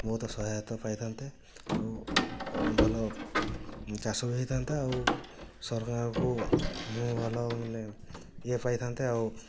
ବହୁତ ସହାୟତ ପାଇଥାନ୍ତେ ଆଉ ଭଲ ଚାଷ ବି ହୋଇଥାନ୍ତା ଆଉ ସରକାରଙ୍କୁ ମୁଁ ଆଲାଓ ମାନେ ଇଏ ପାଇଥାନ୍ତେ ଆଉ